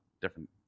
different